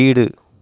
வீடு